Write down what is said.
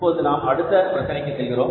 இப்போது நாம் அடுத்த பிரச்சனைக்கு செல்கிறோம்